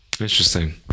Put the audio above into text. interesting